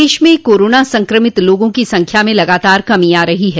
प्रदेश में कोरोना संक्रमित लोगों की संख्या में लगातार कमी आ रही है